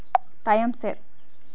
ᱛᱟᱭᱚᱢ ᱥᱮᱫ